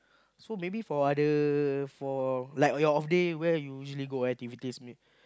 so maybe for other for like on your off day where you usually go activities